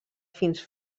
fins